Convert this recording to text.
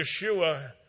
Yeshua